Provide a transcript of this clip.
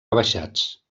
rebaixats